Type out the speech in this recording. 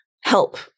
help